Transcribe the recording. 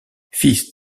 fils